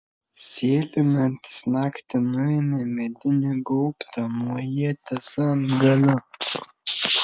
sėlinantis naktį nuėmė medinį gaubtą nuo ieties antgalio